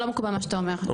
לא מקובל מה שאתה אומר,